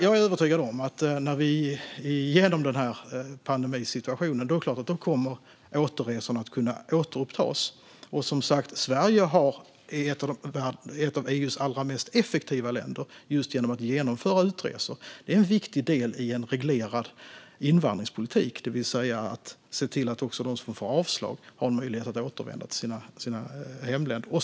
Jag är övertygad om att när vi är igenom den här pandemisituationen kommer återresorna att kunna återupptas. Sverige är som sagt ett av EU:s allra mest effektiva länder just när det gäller att genomföra utresor. Det är en viktig del i en reglerad invandringspolitik, det vill säga att också se till att de som får avslag har möjlighet att återvända till sina hemländer.